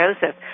Joseph